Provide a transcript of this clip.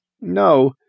No